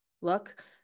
look